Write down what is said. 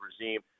regime